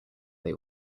they